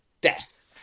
Death